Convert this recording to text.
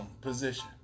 position